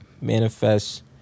Manifest